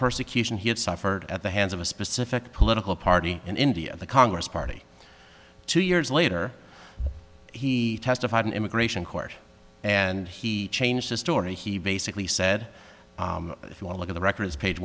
persecution he had suffered at the hands of a specific political party in india the congress party two years later he testified in immigration court and he changed his story he basically said if you want to get the records page